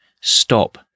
stop